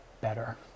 better